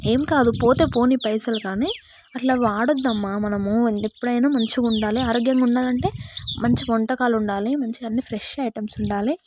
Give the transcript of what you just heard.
ఏం కాదు పోతే పోనీ పైసలు కానీ అట్లా వాడద్దమ్మా మనము ఎప్పుడైనా మంచిగా ఉండాలి ఆరోగ్యంగా ఉండాలి అంటే మంచి వంటకాలు ఉండాలి మంచిగా అన్ని ఫ్రెష్ ఐటమ్స్ ఉండాలి